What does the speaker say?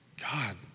God